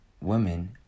women